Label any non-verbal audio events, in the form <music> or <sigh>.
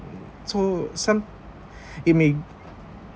so some <breath> it may